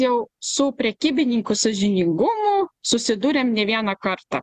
jau su prekybininkų sąžiningumu susidūrėm ne vieną kartą